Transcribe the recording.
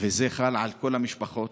וזה חל על כל המשפחות